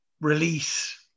release